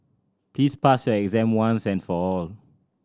please pass your exam once and for all